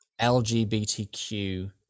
LGBTQ